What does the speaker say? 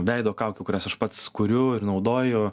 veido kaukių kurias aš pats kuriu ir naudoju